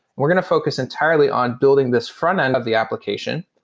we're going to focus entirely on building this front-end of the application.